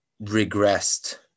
regressed